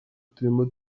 turimo